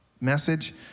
message